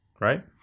right